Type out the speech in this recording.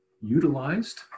utilized